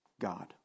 God